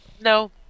No